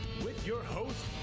with your host,